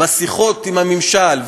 בשיחות עם הממשל,